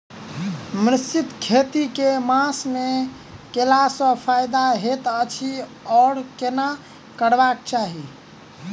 मिश्रित खेती केँ मास मे कैला सँ फायदा हएत अछि आओर केना करबाक चाहि?